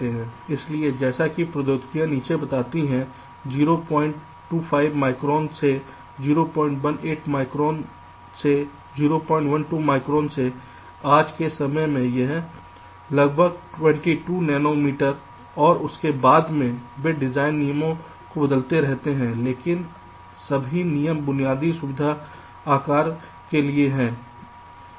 इसलिए जैसा कि प्रौद्योगिकियां नीचे बताती हैं 025 माइक्रोन से 018 माइक्रोन से 012 माइक्रोन से आज के समय में यह लगभग 22 नैनो मीटर और इसके बाद में है वे डिजाइन नियमों को बदलते रहते हैं लेकिन सभी नियम बुनियादी सुविधा आकार के लिए हैं